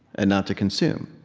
and not to consume.